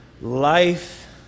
life